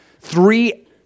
three